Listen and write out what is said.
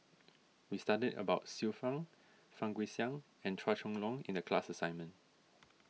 we studied about Xiu Fang Fang Guixiang and Chua Chong Long in the class assignment